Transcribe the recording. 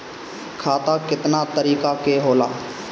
खाता केतना तरीका के होला?